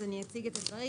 אז אני אציג את הדברים,